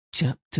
Chapter